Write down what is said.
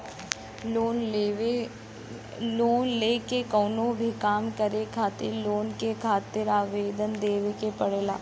loan लेके कउनो भी काम करे खातिर लोन के खातिर आवेदन देवे के पड़ला